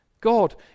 God